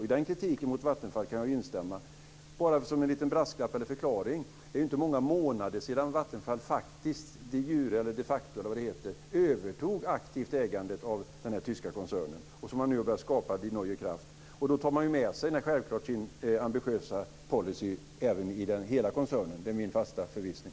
I den kritiken mot Vattenfall kan jag instämma. Bara som en liten brasklapp eller en förklaring: Det är inte många månader sedan Vattenfall faktiskt de jure, de facto eller vad det heter aktivt övertog ägandet av den tyska koncernen Die Neue Kraft och som nu har börjat skapa. Då tar man självklart med sig sin ambitiösa policy även i den nya koncernen, det är min fasta förvissning.